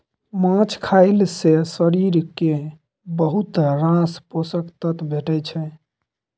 माछ खएला सँ शरीर केँ बहुत रास पोषक तत्व भेटै छै